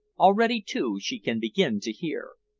already, too, she can begin to hear.